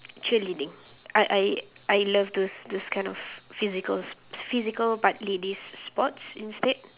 cheerleading I I I love those those kind of physical s~ physical but ladies' sports instead